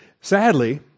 sadly